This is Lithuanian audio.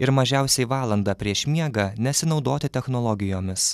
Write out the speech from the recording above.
ir mažiausiai valandą prieš miegą nesinaudoti technologijomis